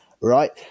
Right